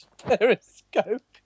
periscope